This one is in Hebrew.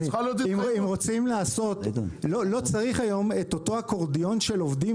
לא צריך היום את אותו אקורדיון של עובדים